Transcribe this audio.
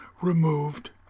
removed